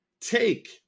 Take